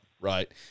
Right